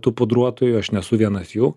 tų pudruotojų aš nesu vienas jų